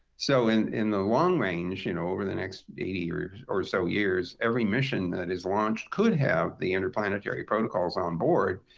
so in in the long range, you know over the next eighty or or so years, every mission that is launched could have the interplanetary protocols on board.